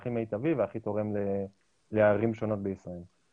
הכי מיטבי והכי תורם לערים שונות בישראל.